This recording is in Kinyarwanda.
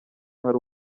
hari